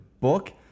book